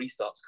restarts